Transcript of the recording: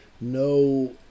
No